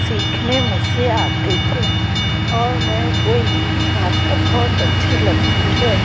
सीखने मुझसे आते थे और मेरे को हिन्दी भाषा बहुत अच्छी लगती है